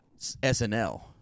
SNL